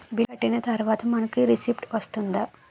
Bill కట్టిన తర్వాత మనకి రిసీప్ట్ వస్తుందా?